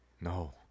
No